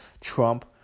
Trump